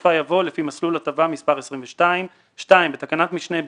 בסופה יבוא "לפי מסלול הטבה מספר 22"; (2) בתקנת משנה (ב),